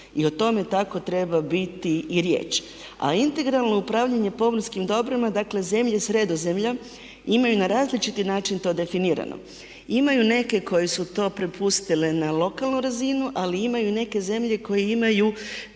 I o tome tako treba biti i riječ. A integralno upravljanje pomorskim dobrom, dakle zemlja Sredozemlja imaju na različiti način to definirano. Imaju neke koje su to prepustile na lokalnu razinu ali imaju neke zemlje koje imaju